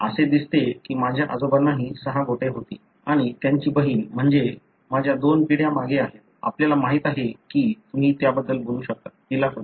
असे दिसते की माझ्या आजोबांनाही सहा बोटे होती आणि त्यांची बहीण म्हणजे माझ्या दोन पिढ्या मागे आहेत आपल्याला माहित आहे की तुम्ही त्याबद्दल बोलू शकता तीला होते